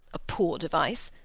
a poor device!